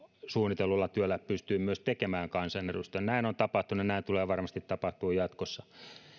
suunnitellulla työllä pystyy myös tekemään kansanedustajan näin on tapahtunut ja näin tulee varmasti tapahtumaan jatkossa